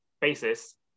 basis